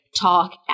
talk